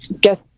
get